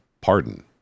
pardon